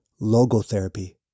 logotherapy